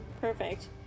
perfect